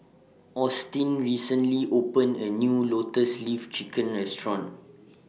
Austyn recently opened A New Lotus Leaf Chicken Restaurant